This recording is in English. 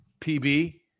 PB